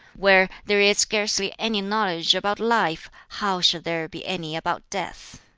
where there is scarcely any knowledge about life, how shall there be any about death?